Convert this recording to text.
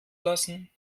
lassen